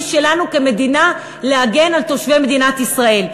שלנו כמדינה להגן על תושבי מדינת ישראל.